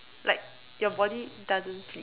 like your body doesn't sleep